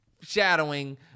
shadowing